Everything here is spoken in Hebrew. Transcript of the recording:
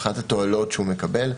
מבחינת התועלות שהוא מקבל,